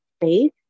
space